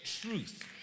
truth